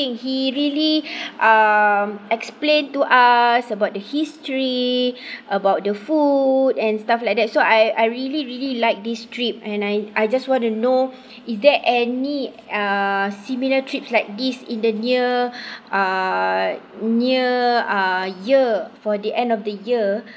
he really um explain to us about the history about the food and stuff like that so I I really really like this trip and I I just want to know is there any uh similar trip like this in the near uh near uh year for the end of the year